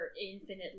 infinite